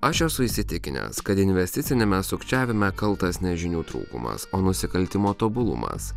aš esu įsitikinęs kad investiciniame sukčiavime kaltas ne žinių trūkumas o nusikaltimo tobulumas